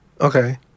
Okay